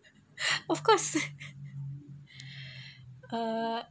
of course ah